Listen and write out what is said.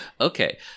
Okay